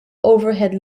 overhead